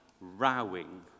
rowing